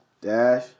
Dash